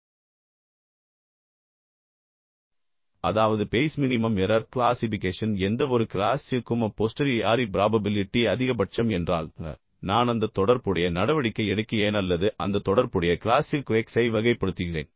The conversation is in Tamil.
அதாவது பேய்ஸ் மினிமம் எரர் க்ளாசிபிகேஷன் எந்தவொரு கிளாசிற்கும் a posteriori ப்ராபபிலிட்டி அதிகபட்சம் என்றால் நான் அந்த தொடர்புடைய நடவடிக்கை எடுக்கிறேன் அல்லது அந்த தொடர்புடைய கிளாசிற்கு X ஐ வகைப்படுத்துகிறேன்